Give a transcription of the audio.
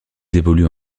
évoluent